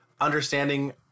understanding